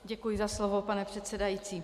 Děkuji za slovo, pane předsedající.